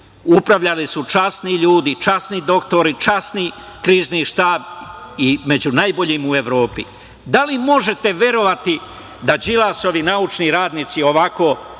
upravljali su časni ljudi, časni doktori, časni Krizni štab i među najboljim u Evropi. Da li možete verovati da Đilasovi naučni radnici ovako rade